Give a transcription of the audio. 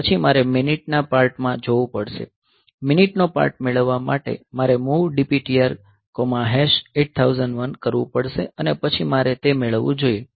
પછી મારે મિનિટ ના પાર્ટ માં જોવું પડશે મિનિટનો પાર્ટ મેળવવા માટે મારે MOV DPTR8001 કરવું પડશે અને પછી મારે તે મેળવવું જોઈએ